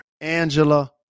Angela